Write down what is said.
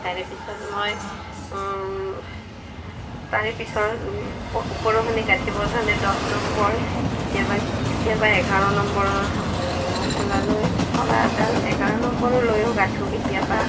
তাৰেপিছত মই তাৰে পিছৰ ওপৰৰখিনি গাঁঠিবৰ কাৰণে দহ নম্বৰ কেতিয়াবা কেতিয়াবা এঘাৰ নম্বৰৰ শলালৈ শলাডাল এঘাৰ নম্বৰৰ লৈয়ো গাঁঠোঁ কেতিয়াবা